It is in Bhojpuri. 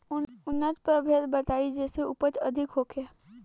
उन्नत प्रभेद बताई जेसे उपज अधिक होखे?